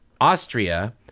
Austria